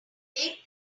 make